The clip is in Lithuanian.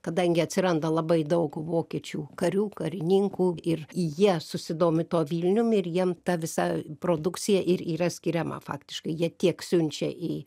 kadangi atsiranda labai daug vokiečių karių karininkų ir jie susidomi tuo vilnium ir jiem ta visa produkcija ir yra skiriama faktiškai jie tiek siunčia į